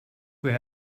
where